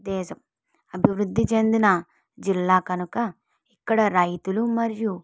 దేశం అభివృద్ధి చెందిన జిల్లా కనుక ఇక్కడ రైతులు మరియు